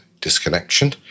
Disconnection